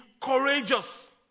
courageous